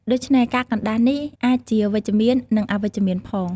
ដូច្នេះ ការកណ្ដាស់នេះអាចជាវិជ្ជមាន និងអវិជ្ជមានផង។